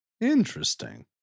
Interesting